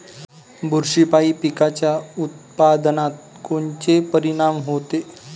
बुरशीपायी पिकाच्या उत्पादनात कोनचे परीनाम होते?